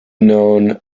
known